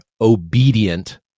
obedient